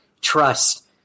trust